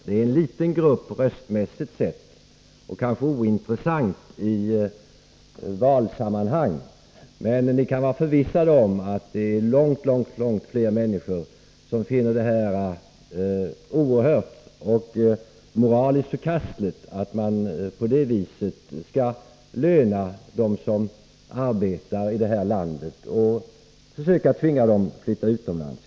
Det är en liten grupp röstmässigt och kanske ointressant i valsammanhang. Men ni kan vara förvissade om att långt fler människor tycker att det är moraliskt förkastligt att man på detta sätt lönar dem som arbetar här i landet och tvingar dem att flytta utomlands.